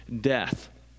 death